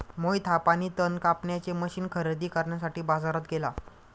मोहित हा पाणी तण कापण्याचे मशीन खरेदी करण्यासाठी बाजारात गेला